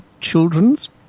children's